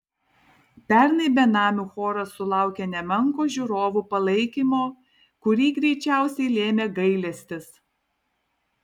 pernai benamių choras sulaukė nemenko žiūrovų palaikymo kurį greičiausiai lėmė gailestis